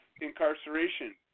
incarceration